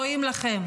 רואים לכם,